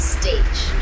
stage